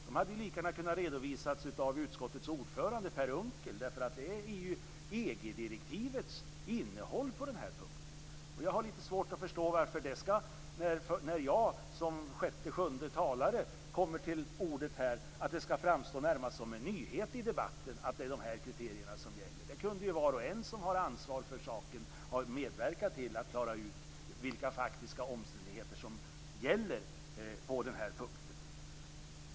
De hade lika gärna kunnat redovisas av utskottets ordförande Per Unckel, därför att det är ju EG-direktivets innehåll på den här punkten. Jag har lite svårt att förstå att det, när jag som sjunde talare får ordet här, skall framstå som närmast en nyhet i debatten att det är dessa kriterier som gäller. Var och en som har ansvar för saken hade ju faktiskt kunnat medverka till att reda ut vilka faktiska omständigheter som gäller på denna punkt.